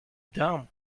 dumb